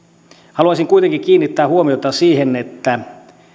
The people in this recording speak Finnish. haluaisin kuitenkin kiinnittää huomiota siihen että